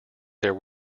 their